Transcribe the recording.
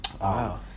Wow